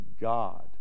God